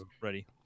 ready